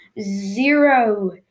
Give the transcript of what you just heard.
zero